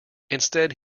instead